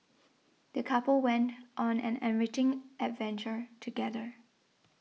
the couple went on an enriching adventure together